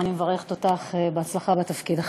אני מברכת אותך בהצלחה בתפקיד החדש.